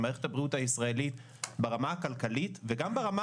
מערכת הבריאות הישראלית ברמה הכלכלית וגם ברמה